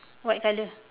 white colour